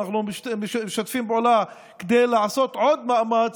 ואנחנו משתפים פעולה כדי לעשות עוד מאמץ